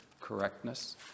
correctness